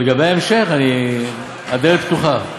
אבל לגבי ההמשך הדלת פתוחה.